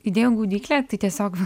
idėjų gaudyklė tai tiesiog